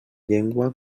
llengua